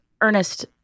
Ernest